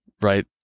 right